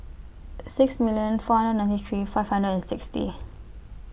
six million four hundred ninety three five hundred and sixty